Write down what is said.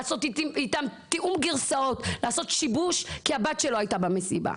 לעשות איתם תיאום גרסאות ולעשות שיבוש כי הבת שלו הייתה במסיבה.